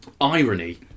irony